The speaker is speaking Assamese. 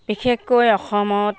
বিশেষকৈ অসমত